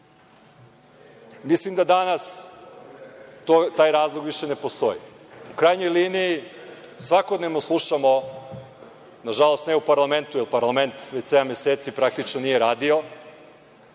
Mislim da danas taj razlog više ne postoji. U krajnjoj liniji svakodnevno slušamo, nažalost ne u parlamentu, jer parlament praktično već par meseci nije radio.